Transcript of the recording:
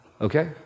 Okay